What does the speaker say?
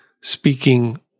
speaking